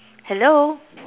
hello